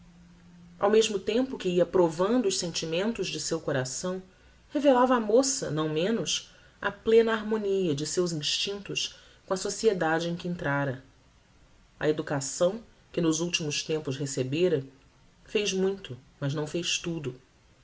ao mesmo tempo que ia provando os sentimentos de seu coração revelava a moça não menos a plena harmonia de seus instinctos com a sociedade em que entrára a educação que nos últimos tempos recebera fez muito mas não fez tudo